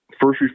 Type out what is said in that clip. first